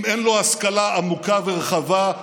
אם אין לו השכלה עמוקה ורחבה,